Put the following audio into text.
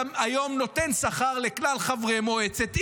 אתה היום נותן שכר לכלל חברי מועצת עיר.